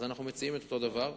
אז אנחנו מציעים את אותו הדבר.